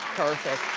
perfect.